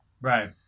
right